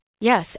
Yes